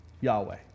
Yahweh